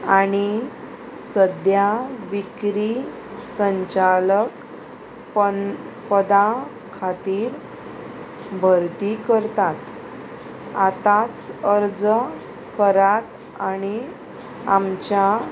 आणी सद्या विक्री संचालक पं पदां खातीर भरती करतात आतांच अर्ज करात आनी आमच्या